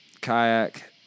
kayak